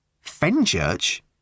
Fenchurch